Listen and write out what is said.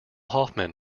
hoffman